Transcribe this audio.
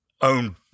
own